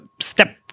step